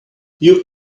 you